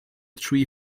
tree